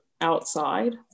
outside